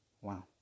Wow